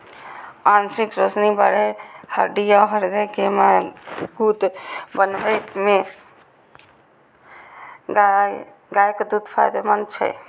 आंखिक रोशनी बढ़बै, हड्डी आ हृदय के मजगूत बनबै मे गायक दूध फायदेमंद छै